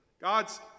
God's